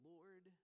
Lord